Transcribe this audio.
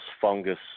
fungus